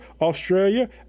Australia